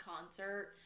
concert